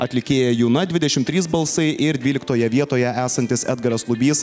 atlikėja juna dvidešimt trys balsai ir dvyliktoje vietoje esantis edgaras lubys